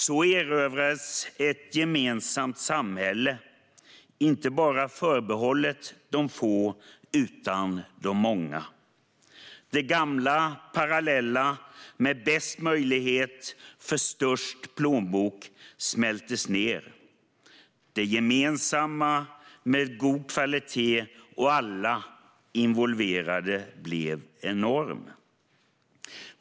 Så erövrades ett gemensamt samhälle, inte bara förbehållet de få utan också de många. Det gamla parallella med bäst möjlighet för störst plånbok smältes ned. Det gemensamma med god kvalitet och med alla involverade blev något enormt.